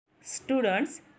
Students